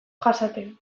jasaten